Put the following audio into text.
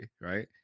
right